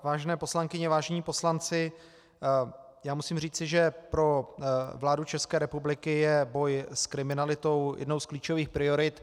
Vážené poslankyně, vážení poslanci, musím říci, že pro vládu České republiky je boj s kriminalitou jednou z klíčových priorit.